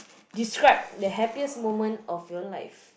describe the happiest moment of your life